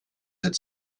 had